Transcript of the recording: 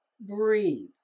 Breathe